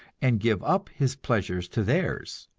and give up his pleasures to theirs.